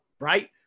right